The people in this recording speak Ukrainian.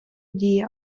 дії